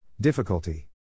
Difficulty